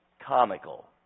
comical